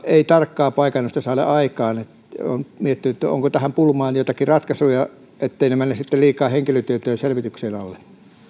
ei tarkkaa paikannusta saada aikaan olen miettinyt onko tähän pulmaan joitakin ratkaisuja etteivät ne mene sitten liikaa henkilötietojen selvityksen alle